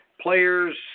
players